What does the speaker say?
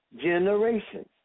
generations